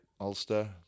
Ulster